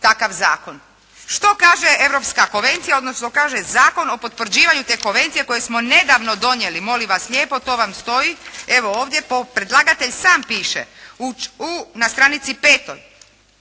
takav zakon. Što kaže Europska konvencija odnosno kaže Zakon o potvrđivanju te Konvencije koji smo nedavno donijeli. Molim vas lijepo to vam stoji evo ovdje po, predlagatelj sam piše u, na stranici 5.